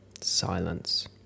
Silence